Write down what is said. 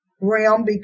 realm